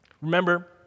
Remember